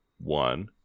one